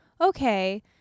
okay